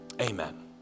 amen